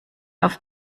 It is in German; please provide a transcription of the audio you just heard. auf